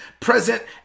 present